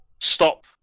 stop